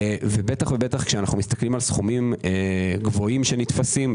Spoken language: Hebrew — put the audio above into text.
ובטח כשאנו מסתכלים על סכומים גבוהים שנתפסים,